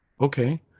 Okay